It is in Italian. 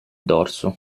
dorso